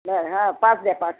बरं हा पाच द्या पाच